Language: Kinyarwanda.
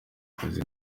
akazi